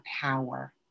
power